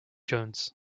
jones